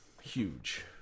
Huge